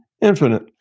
infinite